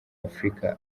afrika